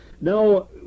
Now